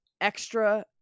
extra